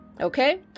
Okay